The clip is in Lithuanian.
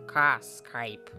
kas kaip